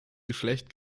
geschlecht